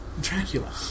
Dracula